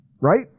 right